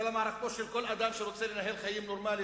אלא מערכתו של כל אדם שרוצה לנהל חיים נורמליים.